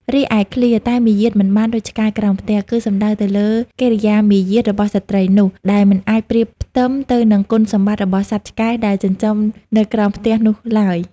រីឯឃ្លា "តែមាយាទមិនបានដូចឆ្កែក្រោមផ្ទះ" គឺសំដៅទៅលើកិរិយាមារយាទរបស់ស្ត្រីនោះ ដែលមិនអាចប្រៀបផ្ទឹមទៅនឹងគុណសម្បត្តិរបស់សត្វឆ្កែដែលចិញ្ចឹមនៅក្រោមផ្ទះនោះឡើយ។